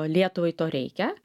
lietuvai to reikia